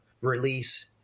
release